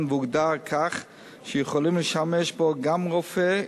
והוגדר כך שיכולים לשמש בו גם רופא,